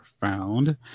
found